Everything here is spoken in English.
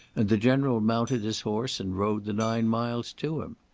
and the general mounted his horse and rode the nine miles to him.